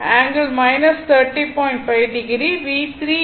5o V3 இங்கே 14